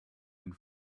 and